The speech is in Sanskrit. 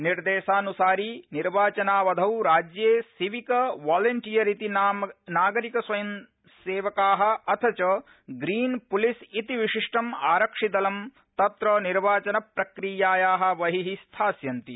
निर्देशानुसारि निर्वाचनावधौ राज्ये सिविक वॉलंटियर इति नागरिक स्वयं सेवका अथ च ग्रीन पृलिस इति विशिष्ट आरक्षिदलं तत्र निर्वाचनप्रक्रियाया बहि स्थास्यन्ति